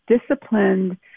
disciplined